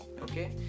Okay